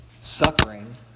suffering